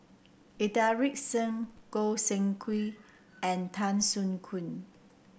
Inderjit Singh Goi Seng Hui and Tan Soo Khoon